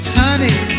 honey